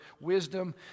wisdom